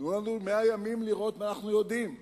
תנו לנו 100 ימים לראות מה אנחנו יודעים.